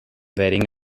wearing